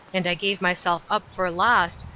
and i gave myself up for lost,